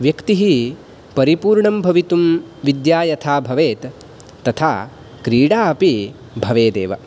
व्यक्तिः परिपूर्णं भवितुं विद्या यथा भवेत् तथा क्रीडा अपि भवेदेव